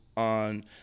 On